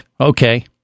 Okay